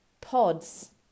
pods